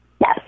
Yes